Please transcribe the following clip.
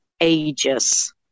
ages